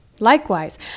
Likewise